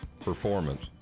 performance